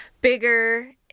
bigger